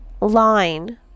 line